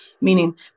meaning